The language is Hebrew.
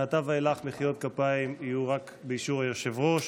מעתה ואילך מחיאות כפיים יהיו רק באישור היושב-ראש.